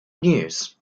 news